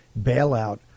bailout